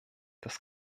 das